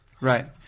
Right